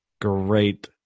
great